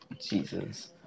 Jesus